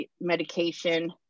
medication